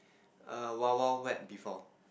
err Wild-Wild-Wet before